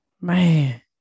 Man